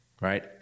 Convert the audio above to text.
right